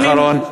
משפט אחרון.